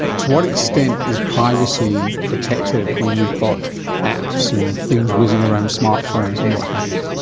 to what extent is privacy protected when you've got apps and things whizzing around smart phones and what have you?